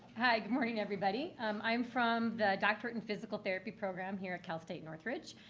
hi. good morning everybody. um i'm from the doctorate in physical therapy program here at cal state northridge.